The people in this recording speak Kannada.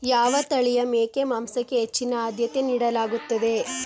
ಯಾವ ತಳಿಯ ಮೇಕೆ ಮಾಂಸಕ್ಕೆ ಹೆಚ್ಚಿನ ಆದ್ಯತೆ ನೀಡಲಾಗುತ್ತದೆ?